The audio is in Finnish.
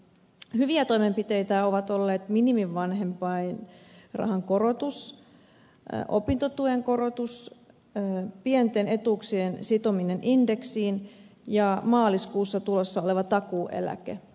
hyviä toimenpiteitä ovat olleet minimivanhempainrahan korotus opintotuen korotus pienten etuuksien sitominen indeksiin ja maaliskuussa tulossa oleva takuueläke